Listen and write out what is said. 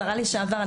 השרה לשעבר,